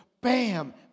bam